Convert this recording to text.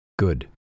Good